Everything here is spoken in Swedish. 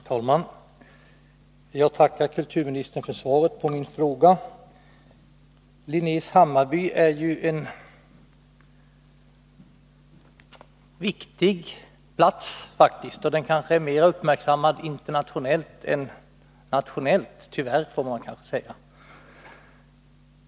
Herr talman! Jag tackar kulturministern för svaret på min fråga. Linnés Hammarby är faktiskt en viktig plats, och den torde tyvärr vara mer uppmärksammad internationellt än nationellt.